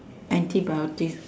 antibiotics